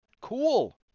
Cool